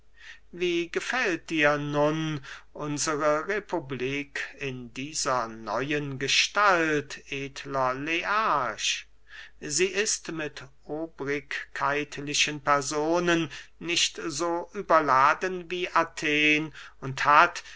wie gefällt dir nun unsre republik in dieser neuen gestalt edler learch sie ist mit obrigkeitlichen personen nicht so überladen wie athen und hat